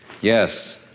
yes